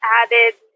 added